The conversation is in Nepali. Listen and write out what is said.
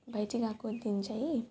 भाइटिकाको दिन चाहिँ